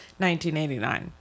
1989